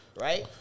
right